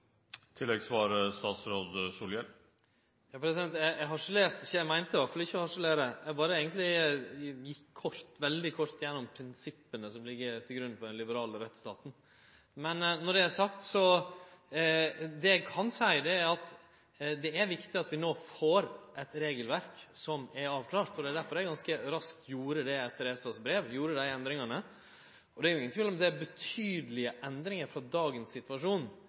Eg harselerte ikkje, eg meinte iallfall ikkje å harselere. Eg gjekk eigentleg berre veldig kort gjennom prinsippa som ligg til grunn for den liberale rettsstaten. Når det er sagt, kan eg seie at det er viktig at vi no får eit regelverk som er avklart. Det er derfor eg ganske raskt etter ESA sitt brev gjorde dei endringane. Det er ingen tvil om at det er betydelege endringar frå dagens situasjon,